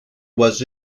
was